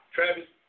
Travis